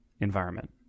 environment